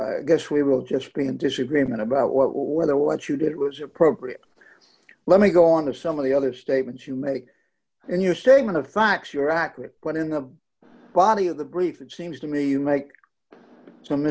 say i guess we will just be in disagreement about what whether what you did was appropriate let me go on to some of the other statements you make and your statement of facts you're accurate when in the body of the brief it seems to me you make some